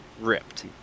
ripped